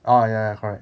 oh ya correct